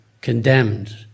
condemned